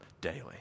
daily